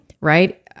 right